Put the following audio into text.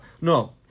no